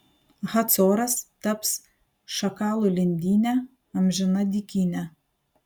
hacoras taps šakalų lindyne amžina dykyne